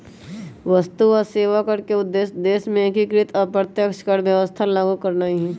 वस्तु आऽ सेवा कर के उद्देश्य देश में एकीकृत अप्रत्यक्ष कर व्यवस्था लागू करनाइ हइ